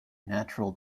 natural